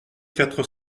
quatre